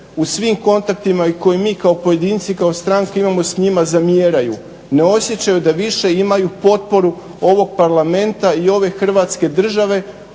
u svim kontaktima i koji mi kao pojedinci, kao stranke imamo s njima zamjeraju. Ne osjećaju da više imaju potporu ovog Parlamenta i ove Hrvatske države